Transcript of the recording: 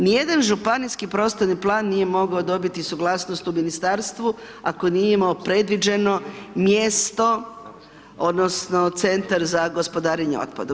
Ni jedan županijski prostorni plan nije mogao dobiti suglasnost u ministarstvu ako nije imao predviđeno mjesto, odnosno Centar za gospodarenje otpadom.